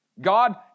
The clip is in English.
God